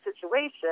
situation